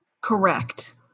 Correct